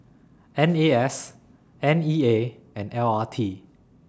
N A S N E A and L R T